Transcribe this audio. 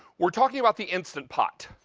we're talking about the instant pot.